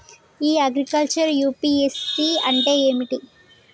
ఇ agriculture UPSC అంటే ఏమిటి?